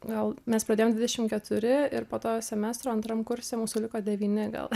gal mes pradėjom dvidešimt keturi ir po to semestro antram kurse mūsų liko devyni gal